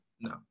no